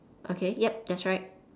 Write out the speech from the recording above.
okay yup that's right